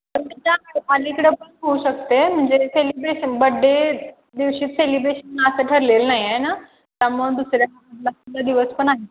त्याच्या अलीकडं पण होऊ शकते म्हणजे सेलिब्रेशन बड्डे दिवशी सेलिब्रेशन असं ठरलेलं नाही आहे ना त्यामुळे दुसऱ्याला दिवस पण आहे